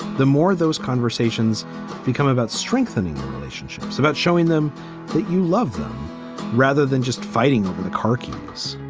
the more those conversations become about strengthening the relationships, about showing them that you love them rather than just fighting over the karkinos.